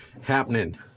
happening